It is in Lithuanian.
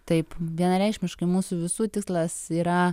taip vienareikšmiškai mūsų visų tikslas yra